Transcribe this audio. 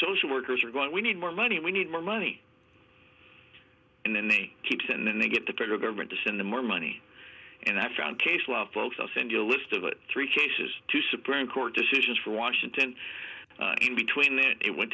social workers are going we need more money we need more money and then they keep it and then they get the federal government to send them more money and i found case law folks i'll send you a list of that three cases two supreme court decisions from washington in between then it went